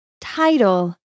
Title